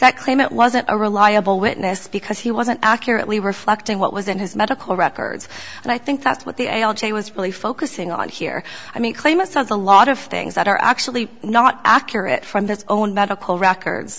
that claim it wasn't a reliable witness because he wasn't accurately reflecting what was in his medical records and i think that's what the l j was really focusing on here i mean claim us a lot of things that are actually not accurate from this own medical records